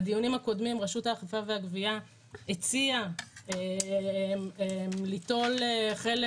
בדיונים הקודמים רשות האכיפה והגבייה הציעה ליטול חלק